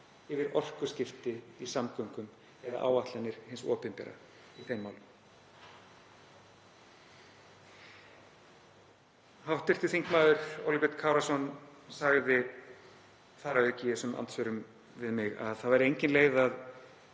yfir orkuskipti í samgöngum eða áætlanir hins opinbera í þeim málum. Hv. þm. Óli Björn Kárason sagði þar að auki í andsvörum við mig að það væri engin leið að